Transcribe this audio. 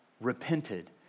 repented